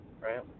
right